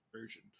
version